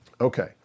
okay